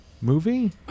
Movie